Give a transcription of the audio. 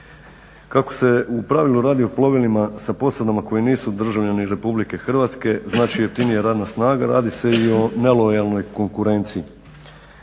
Kako se u pravilu radi o plovilima sa posadama koji nisu državljani RH, znači jeftinija radna snaga, radi se i o nelojalnoj konkurenciji.